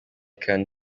can